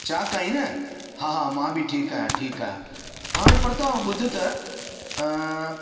चाक आहीं न हा हा मां बि ठीकु आहियां ठीकु आहियां हाणे परताप ॿुध त अ